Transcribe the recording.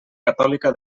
catòlica